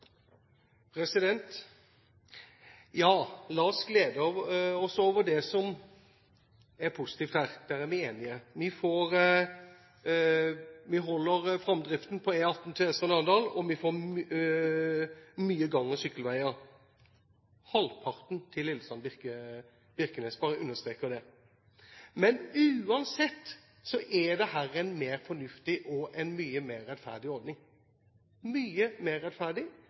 positivt her. Der er vi enige. Vi holder framdriften på E18 Tvedestrand–Arendal, og vi får mye gang- og sykkelveier – halvparten til Lillesand–Birkenes, jeg vil bare understreke det. Men uansett er dette en mer fornuftig og en mye mer rettferdig ordning. Det er mye mer rettferdig